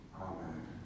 Amen